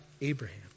Abraham